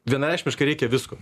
vienareikšmiškai reikia visko